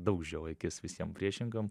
daug žiūrėjau į akis visiem priešininkam